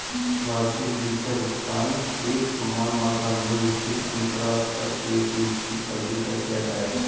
वार्षिक वित्त भुगतान एकसमान मात्रा में निश्चित अन्तराल पर एक निश्चित अवधि तक किया जाता है